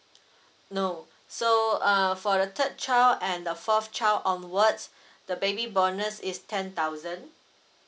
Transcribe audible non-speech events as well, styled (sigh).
no so uh for the third child and the fourth child onwards (breath) the baby bonus is ten thousand